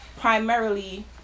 primarily